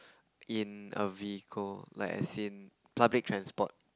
in a vehicle like as in public transport